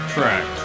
Track